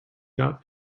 got